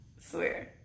Swear